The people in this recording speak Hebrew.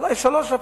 אולי אפילו שלוש,